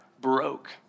broke